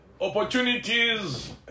opportunities